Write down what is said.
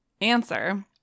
Answer